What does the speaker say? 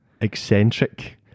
eccentric